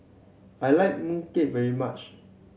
I like mooncake very much